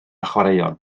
chwaraeon